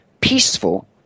peaceful